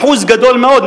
אחוז גדול מאוד,